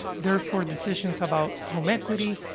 therefore, decisions about home equity,